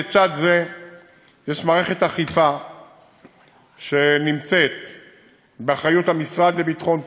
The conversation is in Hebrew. לצד זה יש מערכת אכיפה שנמצאת באחריות המשרד לביטחון פנים,